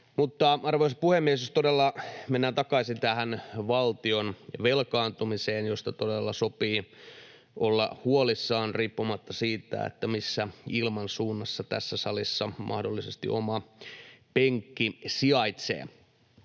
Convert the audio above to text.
arvoisa puhemies, jospa mennään takaisin tähän valtion velkaantumiseen, josta todella sopii olla huolissaan riippumatta siitä, missä ilmansuunnassa tässä salissa mahdollisesti oma penkki sijaitsee.